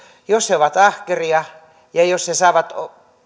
jos he ovat ahkeria ja ja jos he saavat